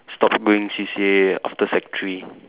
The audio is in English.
stop going C_C_A after sec three